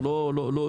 זה לא אישי,